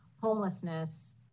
homelessness